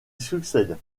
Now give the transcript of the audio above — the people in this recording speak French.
succède